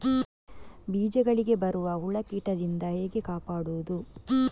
ಬೀಜಗಳಿಗೆ ಬರುವ ಹುಳ, ಕೀಟದಿಂದ ಹೇಗೆ ಕಾಪಾಡುವುದು?